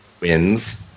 wins